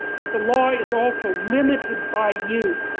but the law is also limited by you.